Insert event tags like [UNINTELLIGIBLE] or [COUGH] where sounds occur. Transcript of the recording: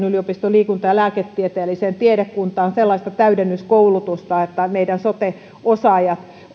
[UNINTELLIGIBLE] yliopiston liikunta ja lääketieteelliseen tiedekuntaan sellaista täydennyskoulutusta että meidän sote osaajat